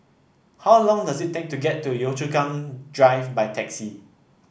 how long does it take to get to Yio Chu Kang Drive by taxi